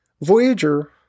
Voyager